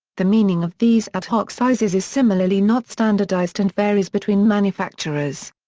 the meaning of these ad-hoc sizes is similarly not standardized and varies between manufacturers.